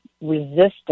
resistance